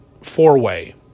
four-way